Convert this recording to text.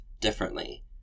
differently